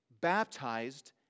baptized